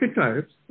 archetypes